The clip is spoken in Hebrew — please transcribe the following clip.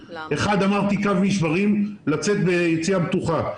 אחד, אמרתי, קו משברים, לצאת ביציאה בטוחה.